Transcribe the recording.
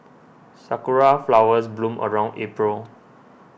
sakura flowers bloom around April